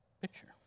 picture